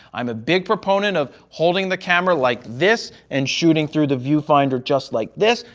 i'm a big proponent of holding the camera like this and shooting through the viewfinder just like this.